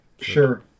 sure